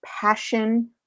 passion